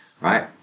right